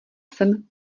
sem